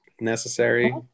necessary